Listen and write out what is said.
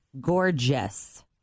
Gorgeous